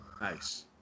Nice